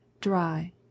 dry